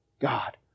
God